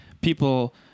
people